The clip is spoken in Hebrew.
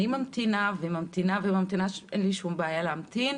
אין לי שום בעיה להמתין